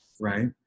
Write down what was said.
right